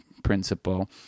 principle